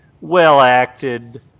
well-acted